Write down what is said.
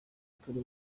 turi